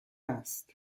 است